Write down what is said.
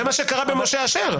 זה מה שקרה במשה אשר.